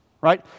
Right